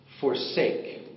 Forsake